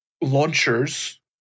launchers